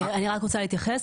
אני רוצה להתייחס.